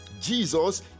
Jesus